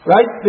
Right